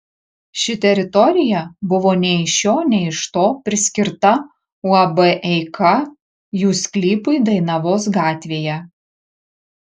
ši teritorija buvo nei iš šio nei iš to priskirta uab eika jų sklypui dainavos gatvėje